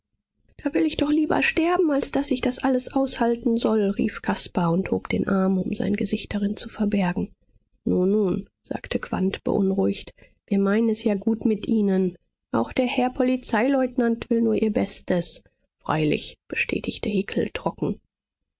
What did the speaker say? da will ich doch lieber sterben als daß ich das alles aushalten soll rief caspar und hob den arm um sein gesicht darin zu verbergen nun nun sagte quandt beunruhigt wir meinen es ja gut mit ihnen auch der herr polizeileutnant will nur ihr bestes freilich bestätigte hickel trocken